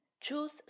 Choose